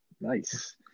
Nice